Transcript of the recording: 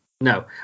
No